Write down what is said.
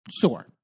sure